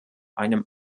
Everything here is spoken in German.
einem